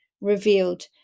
revealed